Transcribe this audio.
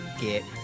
get